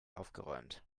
aufgeräumt